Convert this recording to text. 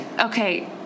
Okay